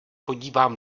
podívám